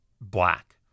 black